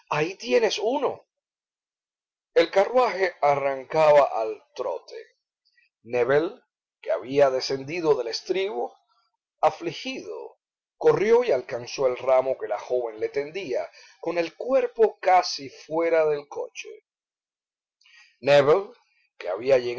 ahí tienes uno el carruaje arrancaba al trote nébel que había descendido del estribo afligido corrió y alcanzó el ramo que la joven le tendía con el cuerpo casi fuera del coche nébel había